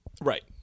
right